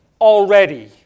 already